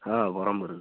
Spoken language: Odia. ହଁ ବଂରହ୍ମ୍ପୁରରୁ